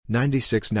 Ninety-six